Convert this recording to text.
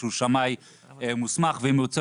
הוא שמאי מוסמך ואם הוא ירצה,